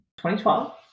2012